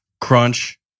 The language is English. Crunch